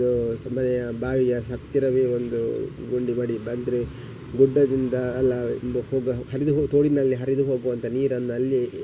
ಒಂದು ಸ್ ಮನೆಯ ಬಾವಿಯ ಹತ್ತಿರವೇ ಒಂದು ಗುಂಡಿ ಮಾಡಿ ಬಂದರೆ ಗುಡ್ಡದಿಂದ ಎಲ್ಲ ಹರಿದು ತೋಡಿನಲ್ಲಿ ಹರಿದು ಹೋಗುವಂಥ ನೀರನ್ನು ಅಲ್ಲಿ